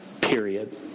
period